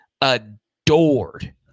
adored